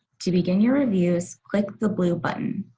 to begin your reviews, click the blue button.